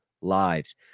lives